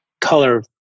color